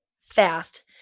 fast